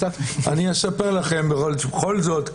בכל זאת,